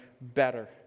better